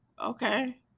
Okay